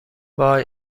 وای